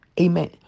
Amen